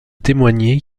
témoigner